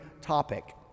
topic